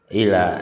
ila